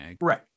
Right